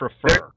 prefer